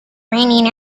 need